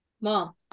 Mom